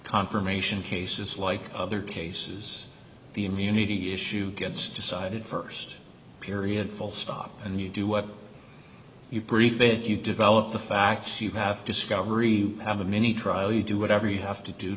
confirmation cases like other cases the immunity issue gets decided st period full stop and you do what you brief it you develop the facts you have discovery have a mini trial you do whatever you have to do